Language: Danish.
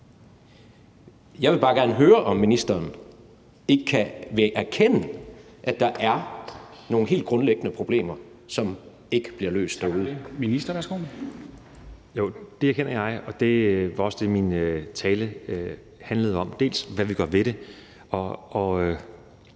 Jeg vil bare gerne høre, om ministeren ikke vil erkende, at der er nogle helt grundlæggende problemer, som ikke bliver løst derude.